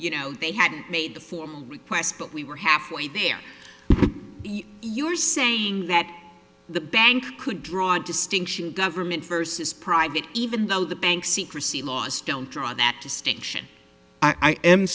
you know they had made for requests but we were halfway there you're saying that the bank could draw distinction government versus private even though the bank secrecy laws don't draw that distinction i am